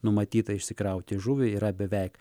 numatyta išsikrauti žuvį yra beveik